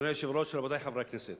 אדוני היושב-ראש, רבותי חברי הכנסת,